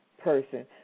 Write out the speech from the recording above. person